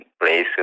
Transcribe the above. place